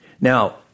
Now